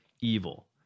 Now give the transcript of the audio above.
evil